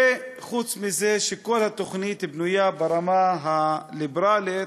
וחוץ מזה, כל התוכנית בנויה ברמה הליברלית,